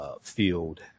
field